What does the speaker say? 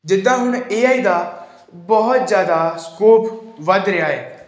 ਜਿੱਦਾਂ ਹੁਣ A I ਦਾ ਬਹੁਤ ਜ਼ਿਆਦਾ ਸਕੋਪ ਵੱਧ ਰਿਹਾ ਹੈ